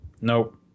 Nope